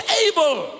able